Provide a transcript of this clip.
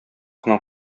кына